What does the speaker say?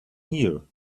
here